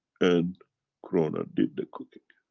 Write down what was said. and corona did the cooking.